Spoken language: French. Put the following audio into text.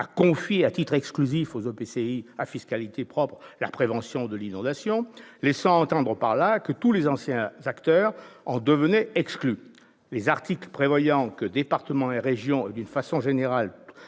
« confié à titre exclusif » aux EPCI à fiscalité propre la prévention de l'inondation, laissant entendre par là que tous les anciens acteurs en étaient exclus. Les articles prévoyant que départements et régions et, d'une façon générale,